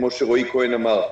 כמו שרועי כהן אמר,